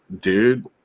dude